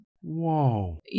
Whoa